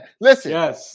Listen